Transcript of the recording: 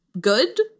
good